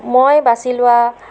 মই বাছি লোৱা